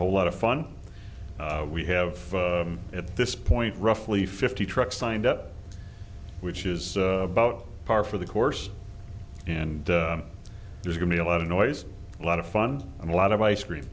whole lot of fun we have at this point roughly fifty trucks signed up which is about par for the course and there's going to be a lot of noise a lot of fun and a lot of ice cream